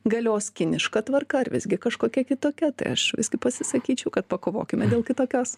galios kiniška tvarka ar visgi kažkokia kitokia tai aš visgi pasisakyčiau kad pakovokime dėl kitokios